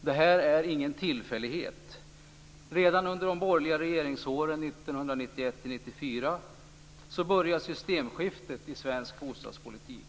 Detta är ingen tillfällighet. Redan under de borgerliga regeringsåren 1991-1994 började systemskiftet i svensk bostadspolitik.